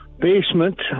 basement